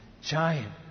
giant